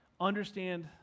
understand